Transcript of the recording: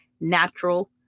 natural